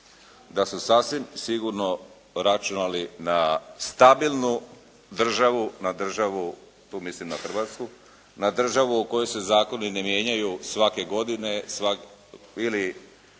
da su sasvim sigurno računali na stabilnu državu, na državu, tu mislim na Hrvatsku, na državu u kojoj se zakoni ne mijenjaju svake godine ili